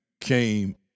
came